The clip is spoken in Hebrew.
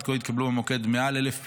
עד כה התקבלו במוקד מעל 1,000 פניות.